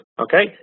Okay